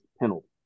penalty